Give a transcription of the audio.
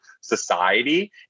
society